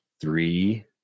Three